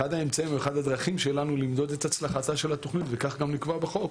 אחת הדרכים שלנו למדוד את הצלחתה של התוכנית וכך גם נקבע בחוק,